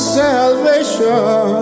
salvation